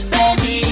Baby